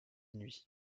nuit